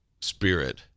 spirit